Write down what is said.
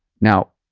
now,